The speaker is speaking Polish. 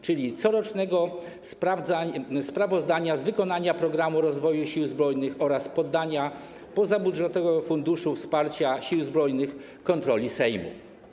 A więc będzie coroczne sprawozdanie z wykonania programu rozwoju Sił Zbrojnych oraz poddanie pozabudżetowego Funduszu Wsparcia Sił Zbrojnych kontroli Sejmu.